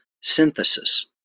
synthesis